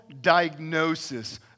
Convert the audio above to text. diagnosis